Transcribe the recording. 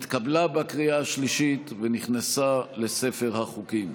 התקבלה בקריאה השלישית ונכנסה לספר החוקים.